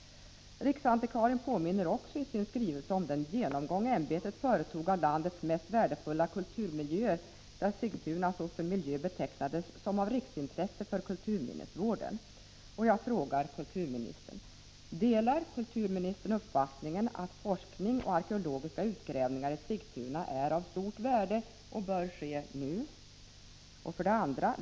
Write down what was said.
Riksantikvarien påminner i sin skrivelse också om den genomgång som ämbetet företog av landets mest värdefulla kulturmiljöer där Sigtuna såsom miljö betecknades vara av riksintresse för kulturminnesvården. 1. Delar kulturministern uppfattningen att forskning och arkeologiska utgrävningar i Sigtuna är av stort värde och bör ske nu? 2.